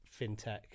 fintech